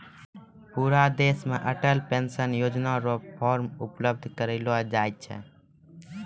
पूरा देश मे अटल पेंशन योजना र फॉर्म उपलब्ध करयलो जाय छै